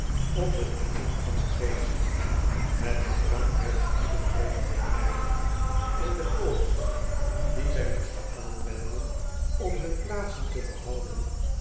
op het begin van het feest het gedrang werd ieder oogenblik ergerj en de pogingen die zij moesten aanwenden om hun plaatsen te behouden